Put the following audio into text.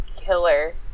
killer